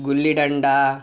gulli danda